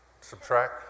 subtract